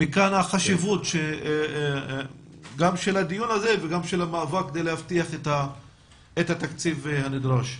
מכאן החשיבות של הדיון הזה וגם של המאבק כדי להבטיח את התקציב הנדרש.